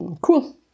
Cool